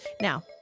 Now